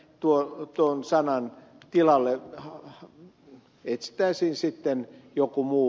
toivon että tuon sanan tilalle etsittäisiin joku muu